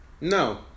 No